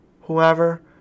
whoever